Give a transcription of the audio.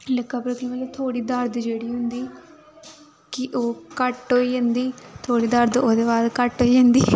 लक्कै उप्पर क्योंकि थोह्ड़ी दर्द जेह्ड़ी होंदी कि ओह् घट्ट होई जंदी थोह्ड़ी दर्द ओह्दे बाद घट्ट होई जंदी